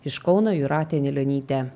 iš kauno jūratė anilionytė